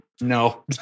No